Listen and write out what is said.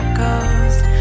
ghost